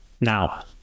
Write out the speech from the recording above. now